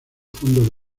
fondo